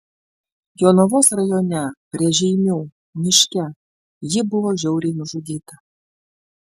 jonavos rajone prie žeimių miške ji buvo žiauriai nužudyta